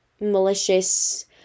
malicious